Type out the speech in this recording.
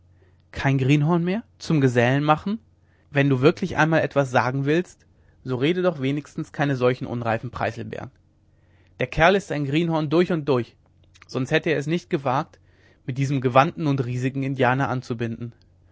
kein greenhorn mehr zum gesellen machen wenn du wirklich einmal etwas sagen willst so rede doch wenigstens keine solchen unreifen preißelbeeren der kerl ist ein greenhorn durch und durch sonst hätte er es nicht gewagt mit diesem gewandten und riesigen indianer anzubinden